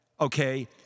okay